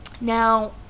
now